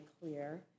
clear